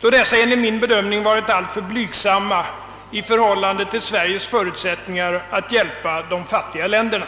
då dessa enligt min bedömning varit alltför blygsamma i förhållande till Sveriges förutsättningar att hjälpa de fattiga länderna.